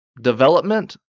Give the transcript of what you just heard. development